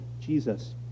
Jesus